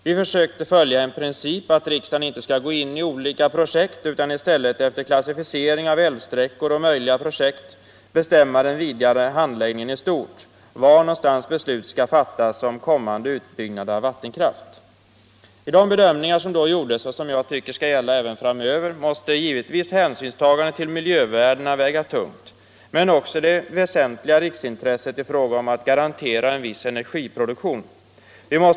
Vi försökte följa principen att riksdagen inte skall gå in i olika projekt utan i stället efter klassificering av älvsträckor och möjliga projekt bestämma den vidare handläggningen i stort — var någonstans beslut skall fattas om kommande utbyggnad av vattenkraft. I de bedömningar som då gjordes och som jag tycker skall gälla även framöver måste givetvis hänsynstagandet till miljövärden men också till det väsentliga riksintresset i fråga om att garantera en viss energiproduktion väga tungt.